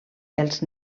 els